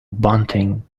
bunting